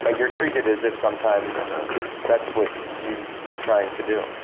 like you're treated as if sometimes that's what you were trying to do.